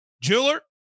Jeweler